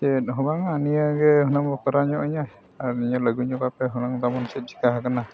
ᱪᱮᱫ ᱦᱚᱸ ᱵᱟᱝᱟ ᱱᱤᱭᱟᱹᱜᱮ ᱦᱩᱱᱟᱹᱝ ᱵᱚᱱ ᱠᱚᱨᱟᱣ ᱧᱚᱜ ᱤᱧᱟ ᱟᱨ ᱧᱮᱞ ᱟᱹᱜᱩᱭᱧᱚᱜ ᱟᱯᱮ ᱦᱩᱱᱟᱹᱝ ᱛᱟᱵᱚᱱ ᱪᱮᱫ ᱪᱮᱠᱟ ᱟᱠᱟᱱᱟ